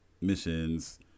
missions